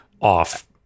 off